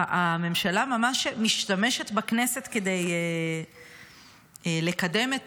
הממשלה ממש משתמשת בכנסת כדי לקדם את